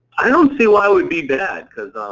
i don't see why it would be bad, cause